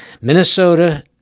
Minnesota